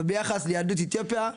אבל ביחס ליהדות אתיופיה,